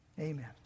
amen